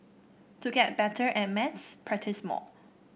to get better at maths practise more